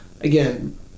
Again